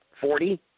Forty